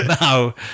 Now